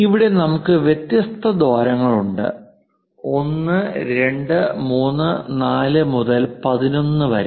ഇവിടെ നമുക്ക് വ്യത്യസ്ത ദ്വാരങ്ങളുണ്ട് 1 2 3 4 മുതൽ 11 വരെ